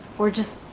or just